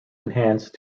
enhanced